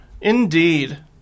Indeed